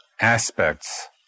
aspects